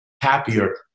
happier